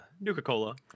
Nuka-Cola